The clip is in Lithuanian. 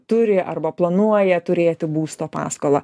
turi arba planuoja turėti būsto paskolą